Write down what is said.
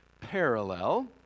parallel